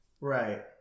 Right